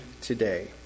today